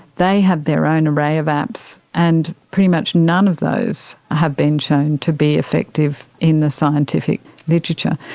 they have their own array of apps, and pretty much none of those have been shown to be effective in the scientific literature.